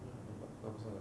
ah nampak lama sangat